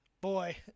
Boy